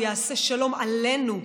הוא יעשה שלום עלינו,